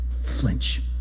flinch